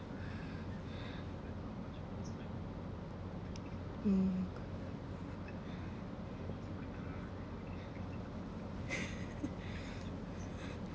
mm